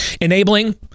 enabling